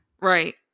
Right